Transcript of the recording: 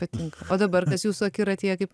patinka o dabar kas jūsų akiratyje kaip